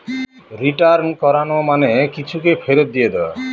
return করানো মানে কিছুকে ফেরত দিয়ে দেওয়া